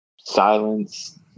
silence